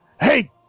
Hey